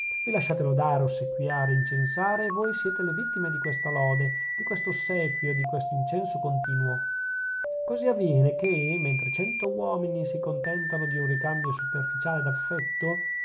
a lasciatelo dare ossequiare incensare e voi siete le vittime di questa lode di questo ossequio di questo incenso continuo così avviene che mentre cento uomini si contentano di un ricambio superficiale d'affetto